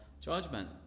judgment